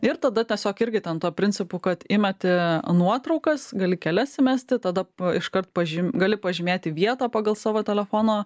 ir tada tiesiog irgi ten tuo principu kad imeti nuotraukas gali kelias įmesti tada iškart pažymi gali pažymėti vietą pagal savo telefono